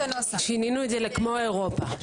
שינינו את זה לכמו אירופה.